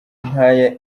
nk’aya